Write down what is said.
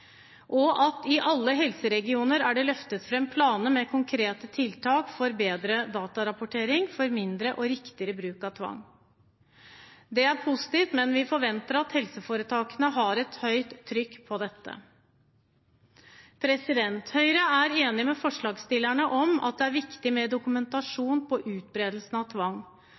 i alle helseregioner er det løftet fram planer med konkrete tiltak for bedre datarapportering, for mindre og riktigere bruk av tvang. Det er positivt, men vi forventer at helseforetakene har et høyt trykk på dette. Høyre er enig med forslagsstillerne i at det er viktig med dokumentasjon på utbredelsen av tvang